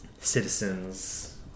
citizens